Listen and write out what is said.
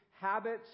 habits